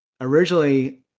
Originally